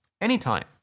anytime